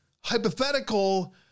hypothetical